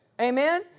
Amen